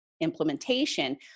implementation